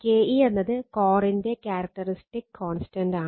Ke എന്നത് കോറിന്റെ characteristic constant ആണ്